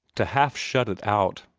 to half shut it out.